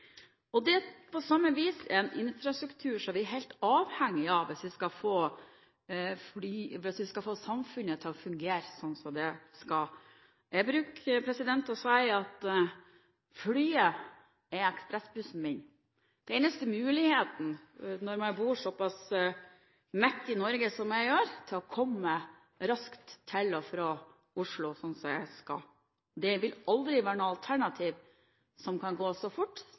På samme vis er vi også helt avhengige av flytrafikken om vi skal få samfunnet til å fungere som det skal. Jeg bruker å si at flyet er ekspressbussen min. Det er den eneste muligheten, når man bor såpass midt i Norge som jeg gjør, til å komme raskt til og fra Oslo. Det vil aldri være noe alternativ som kan gå like fort